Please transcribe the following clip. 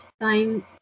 time